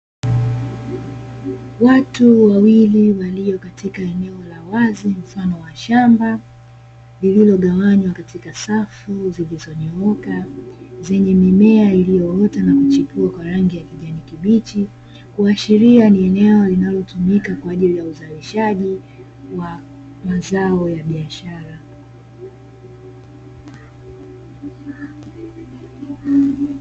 Watu wawili waliokatika eneo la wazi mfano wa shamba lililogawanywa katika safu zilzonyooka, zenye mimea iliyoota na kuchipua kwa rangi ya kijani kibichi kuashiria ni eneo linalotumika katika uzalishaji wa mazao ya biashara.